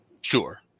Sure